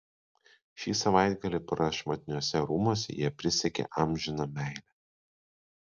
šį savaitgalį prašmatniuose rūmuose jie prisiekė amžiną meilę